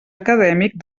acadèmic